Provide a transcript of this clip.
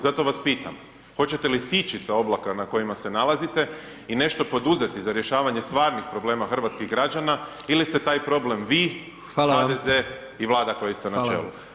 Zato vas pitam, hoćete li sići sa oblaka na kojima se nalazite i nešto poduzeti za rješavanje stvarnih problema hrvatskih građana ili ste vi taj problem vi, HDZ i Vlada kojoj ste na čelu?